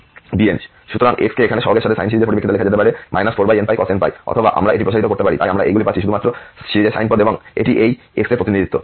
সুতরাং x কে এখানে সহগের সাথে সাইন সিরিজের পরিপ্রেক্ষিতে লেখা যেতে পারে 4nπcos nπ অথবা আমরা এটি প্রসারিত করতে পারি তাই আমরা এইগুলি পাচ্ছি শুধুমাত্র সিরিজের সাইন পদ এবং এটি এই x এর প্রতিনিধিত্ব